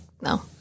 no